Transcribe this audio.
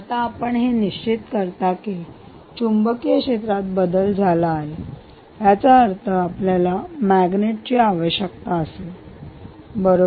आता आपण हे कसे निश्चित करता की चुंबकीय क्षेत्रात बदल झाला आहे याचा अर्थ आपल्याला मॅग्नेटची आवश्यकता असेल बरोबर